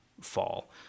fall